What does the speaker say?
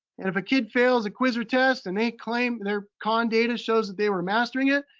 and if a kid fails a quiz or test and they claim their khan data shows that they were mastering it,